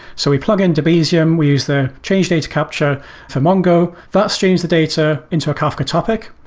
so we plug in debezium. we use the change data capture for mongo. that's changed the data into a kafka topic.